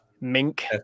Mink